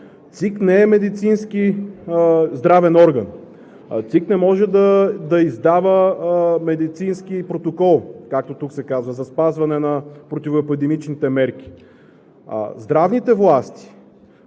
ЦИК не е медицински здравен орган. ЦИК не може да издава медицински протокол, както тук се казва – за спазване на противоепидемичните мерки. Здравните власти,